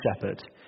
shepherd